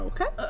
Okay